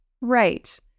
Right